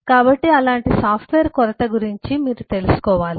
కాబట్టి అలాంటి సాఫ్ట్వేర్లలో ఉండే కొరత గురించి మీరు తెలుసుకోవాలి